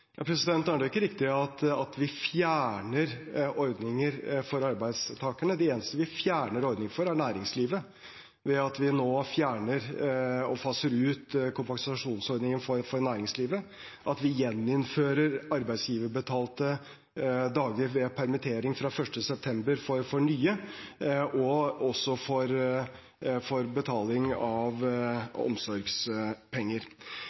Det er ikke riktig at vi fjerner ordninger for arbeidstakerne. De eneste vi fjerner ordninger for, er næringslivet, ved at vi nå fjerner og faser ut kompensasjonsordningen for næringslivet. Vi gjeninnfører arbeidsgiverbetalte dager ved permittering fra 1. september for nye og også for betaling av